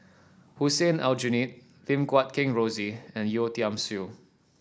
Hussein Aljunied Lim Guat Kheng Rosie and Yeo Tiam Siew